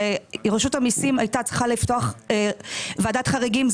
שרשות המיסים הייתה צריכה לפתוח ועדת חריגים.